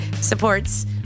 supports